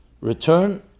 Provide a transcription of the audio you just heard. return